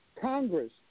Congress